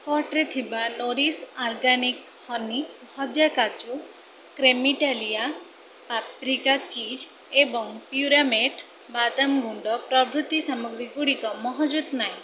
କଟ୍ରେ ଥିବା nourish organic honey ଭଜା କାଜୁ କ୍ରେମିଟାଲିଆ ପାପ୍ରିକା ଚିଜ୍ ଏବଂ ପ୍ୟୁରାମେଟ୍ ବାଦାମ ଗୁଣ୍ଡ ପ୍ରଭୃତି ସାମଗ୍ରୀ ଗୁଡ଼ିକ ମହଜୁଦ୍ ନାହିଁ